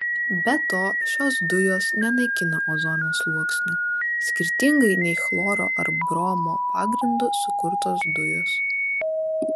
be to šios dujos nenaikina ozono sluoksnio skirtingai nei chloro ar bromo pagrindu sukurtos dujos